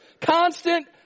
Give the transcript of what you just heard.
constant